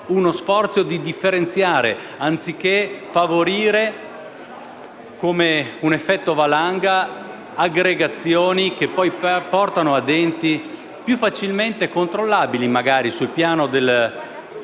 lo sforzo di differenziare, anziché favorire, come un effetto valanga, aggregazioni che poi portano ad enti più facilmente controllabili, magari sul piano della